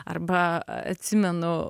arba atsimenu